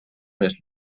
més